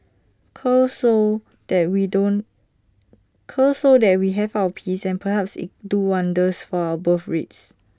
cull so that we don't cull so that we have our peace and perhaps it'll do wonders for our birthrate